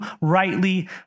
rightly